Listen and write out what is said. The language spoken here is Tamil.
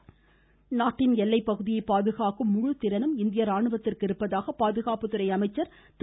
ராஜ்நாத்சிங் நாட்டின் எல்லைப்பகுதியை பாதுகாக்கும் முழுத்திறனும் இந்திய ராணுவத்திற்கு இருப்பதாக பாதுகாப்புத்துறை அமைச்சர் திரு